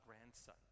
grandson